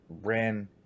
ran